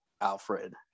Alfred